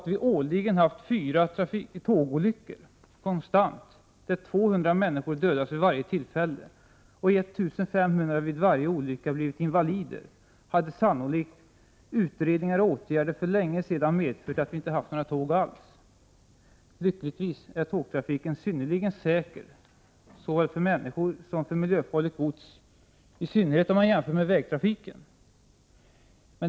Om det årligen hade skett fyra tågolyckor — konstant — där vid varje tillfälle 200 människor dödats och 1 500 blivit invalider, hade sannolikt utredningar och åtgärder för länge sedan medfört att det inte längre fanns några tåg alls. Lyckligtvis är tågtrafiken synnerligen säker, såväl för människor som för miljöfarligt gods, speciellt om man jämför med vägtrafiken.